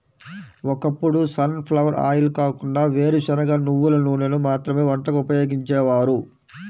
ఒకప్పుడు sunflower oil కాకుండా వేరుశనగ, నువ్వుల నూనెను మాత్రమే వంటకు ఉపయోగించేవారు